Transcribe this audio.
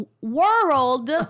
world